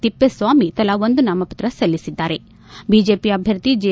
ತಿಪ್ಪೇಸ್ವಾಮಿ ತಲಾ ಒಂದು ನಾಮಪತ್ರ ಸಲ್ಲಿಸಿದ್ದಾರೆ ಬಿಜೆಪಿ ಅಭ್ಯರ್ಥಿ ಜೆ